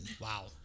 Wow